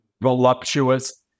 voluptuous